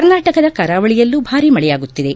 ಕರ್ನಾಟಕದ ಕರಾವಳಿಯಲ್ಲೂ ಭಾರೀ ಮಳೆಯಾಗುತ್ತಿದೆ